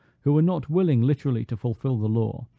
who were not willing literally to fulfil the law,